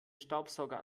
staubsauger